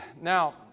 Now